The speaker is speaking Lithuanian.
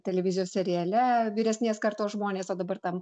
televizijos seriale vyresnės kartos žmonės o dabar tam